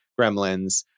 Gremlins